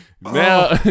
now